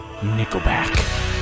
Nickelback